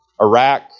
Iraq